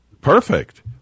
perfect